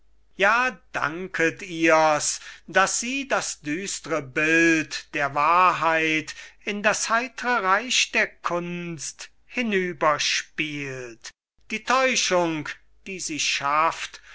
ja danket ihrs daß sie das düstre bild der wahrheit in das heitre reich der kunst hinüberspielt die täuschung die sie schafft